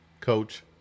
Coach